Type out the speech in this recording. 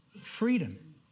freedom